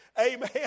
Amen